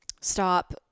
stop